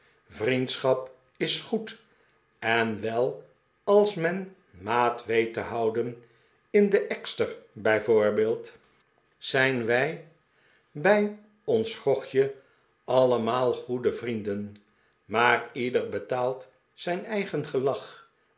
vriendschap is goed en wel als men maat weet te houden in de ekster bij voorbeeld zijn wij bij ons grogje allemaal goede vrienden maar ieder betaalt zijn eigen